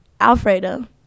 alfredo